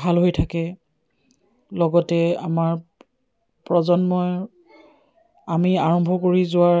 ভাল হৈ থাকে লগতে আমাৰ প্ৰজন্মই আমি আৰম্ভ কৰি যোৱাৰ